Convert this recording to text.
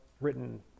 written